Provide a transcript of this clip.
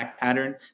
pattern